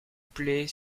plait